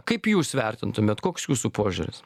kaip jūs vertintumėt koks jūsų požiūris